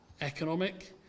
economic